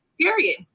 Period